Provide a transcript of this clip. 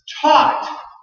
taught